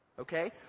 okay